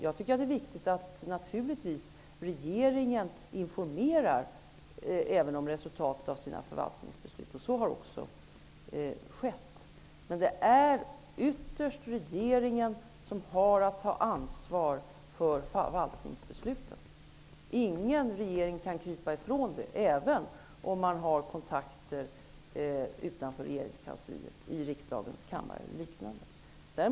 Jag tycker att det är viktigt att regeringen informerar även om reslutaten av dess förvaltningsbeslut. Så har också skett. Ytterst är det regeringen som har att ta ansvar för förvaltningsbesluten. Ingen regering kan krypa ifrån det ansvaret, även om den har kontakter utanför regeringskansliet med t.ex. ledamöter i riksdagens kammare.